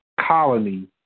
colony